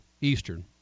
Eastern